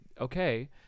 okay